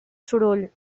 soroll